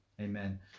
amen